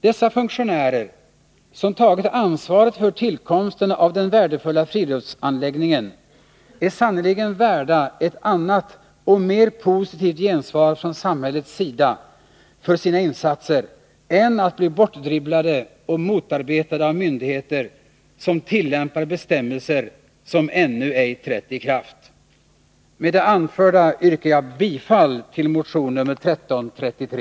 Dessa funktionärer, som har tagit ansvaret för tillkomsten av den värdefulla friluftsanläggningen, är sannerligen värda ett annat och mer positivt gensvar från samhällets sida för sina insatser än att bli bortdribblade och motarbetade av myndigheter, som tillämpar bestämmelser som ännu ej trätt i kraft! Med det anförda yrkar jag bifall till motion nr 1333.